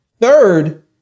Third